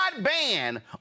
ban